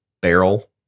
barrel